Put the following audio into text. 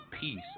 peace